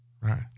Right